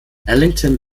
ellington